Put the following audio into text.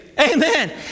Amen